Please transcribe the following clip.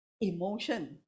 emotion